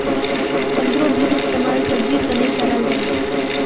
बन्द्गोभीर इस्तेमाल सब्जिर तने कराल जाहा